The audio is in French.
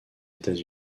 états